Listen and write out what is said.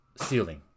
ceiling